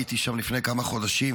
הייתי שם לפני כמה חודשים,